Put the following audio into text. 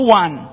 one